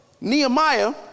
Nehemiah